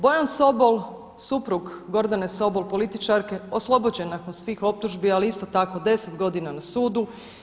Bojan Sobol, suprug Gordane Sobol političarske, oslobođen nakon svih optužbi, ali isto tako 10 godina na sudu.